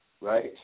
right